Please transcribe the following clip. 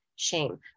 Shame